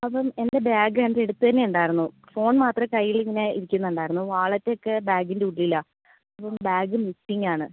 ഇപ്പം എൻ്റെ ബാഗ് എൻ്റെ അടുത്ത് തന്നെ ഉണ്ടായിരുന്നു ഫോൺ മാത്രമേ കയ്യിലിങ്ങനെ ഇരിക്കുന്നുണ്ടായിരുന്നു വാലറ്റ് ഒക്കെ ബാഗിന്റെ ഉള്ളിലാണ് ഇപ്പം ബാഗ് മിസ്സിങ്ങ് ആണ്